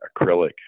acrylic